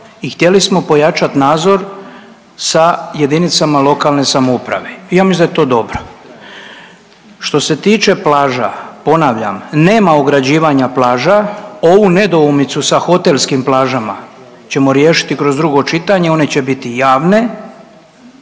i htjeli smo pojačati nadzor sa jedinicama lokalne samouprave i ja mislim da je to dobro. Što se tiče plaža, ponavljam, nema ograđivanja plaža, ovu nedoumicu sa hotelskim plažama ćemo riješiti kroz drugo čitanje, one će biti javne